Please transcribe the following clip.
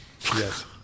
Yes